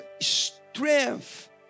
Strength